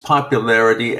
popularity